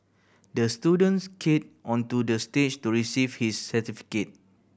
the student skated onto the stage to receive his certificate